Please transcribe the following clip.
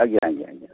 ଆଜ୍ଞା ଆଜ୍ଞା ଆଜ୍ଞା